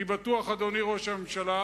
אני בטוח, אדוני ראש הממשלה,